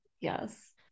Yes